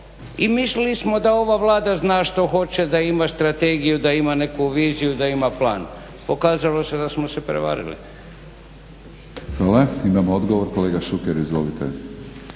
i mislili smo da ova Vlada zna što hoće, da ima strategiju, da ima neku viziju, da ima plan. Pokazalo se da smo se prevarili.